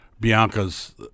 Bianca's